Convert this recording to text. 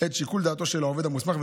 את שיקול דעתו של העובד המוסמך,